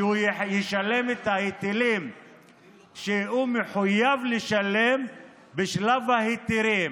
שהוא ישלם את ההיטלים שהוא מחויב לשלם בשלב ההיתרים.